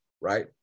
right